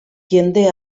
jende